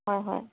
হয় হয়